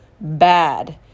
Bad